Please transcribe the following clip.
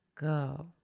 go